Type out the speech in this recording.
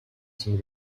some